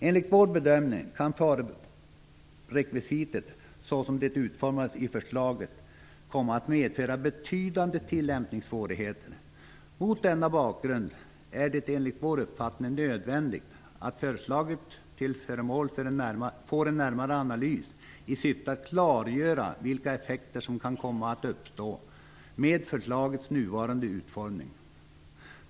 Enligt vår bedömning kan farerekvisitet som det utformats i förslaget komma att medföra betydande tillämpningssvårigheter. Mot denna bakgrund är det enligt vår uppfattning nödvändigt att förslaget blir föremål för en närmare analys i syfte att klargöra vilka effekter som kan komma att uppstå med förslagets nuvarande utformning.